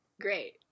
Great